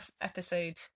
episode